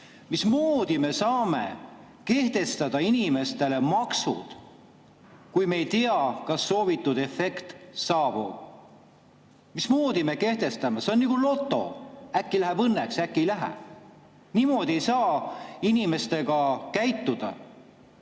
Mismoodi me saame kehtestada inimestele maksud, kui me ei tea, kas soovitud efekt saabub? Mismoodi me kehtestame? See on nagu loto: äkki läheb õnneks, äkki ei lähe. Niimoodi ei saa inimestega käituda.